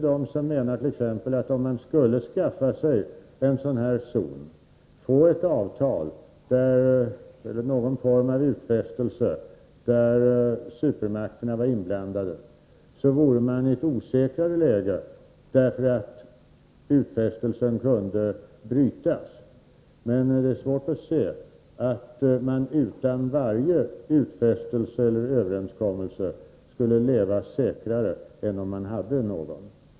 Det finns t.ex. de som menar att man genom ett avtal om en kärnvapenfri zon eller någon annan form av utfästelse där supermakterna är inblandade skulle försätta sig i ett osäkrare läge, eftersom utfästelsen kunde brytas. Det är emellertid svårt att se att man utan varje utfästelse eller överenskommelse skulle leva säkrare än om man hade en sådan.